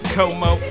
Como